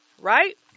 Right